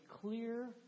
clear